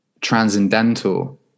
transcendental